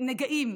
הנגעים,